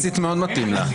יחסית, מאוד מתאים לה.